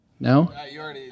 No